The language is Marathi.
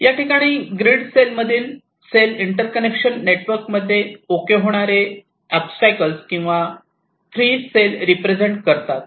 याठिकाणी ग्रीड मधील सेल इंटर्कनेक्शन नेटवर्कमध्ये होणारे ओबस्टॅकल्स किंवा फ्री सेल रिप्रेझेंट करतात